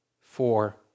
four